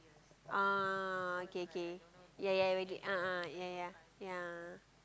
ah okay okay ya ya a'ah ya ya ya